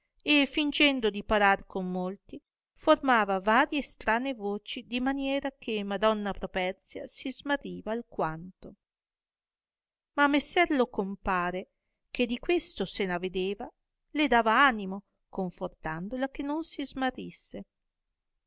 e fìngendo di parlar con molti formava varie e strane voci di maniera che madonna properzia si smarriva alquanto ma messer lo compare che di questo se n'avedeva le dava animo confortandola che non si smarrisse